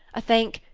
think.